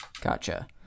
Gotcha